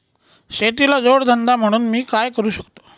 शेतीला जोड धंदा म्हणून मी काय करु शकतो?